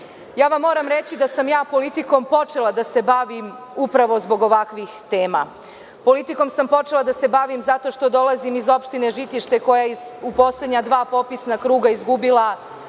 vam reći da sam politikom počela da se bavim upravo zbog ovakvih tema. Politikom sam počela da se bavim zato što dolazim iz opštine Žitište koje je u poslednja dva kruga izgubilo